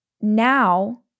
now